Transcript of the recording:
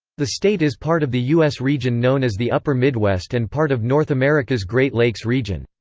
the state is part of the u s. region known as the upper midwest and part of north america's great lakes region.